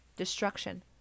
Destruction